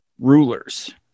rulers